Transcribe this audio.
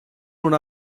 non